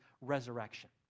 resurrection